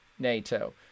NATO